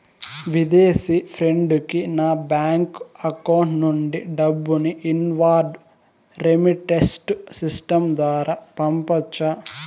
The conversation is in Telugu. విదేశీ ఫ్రెండ్ కి నా బ్యాంకు అకౌంట్ నుండి డబ్బును ఇన్వార్డ్ రెమిట్టెన్స్ సిస్టం ద్వారా పంపొచ్చా?